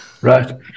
Right